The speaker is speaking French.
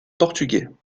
portugais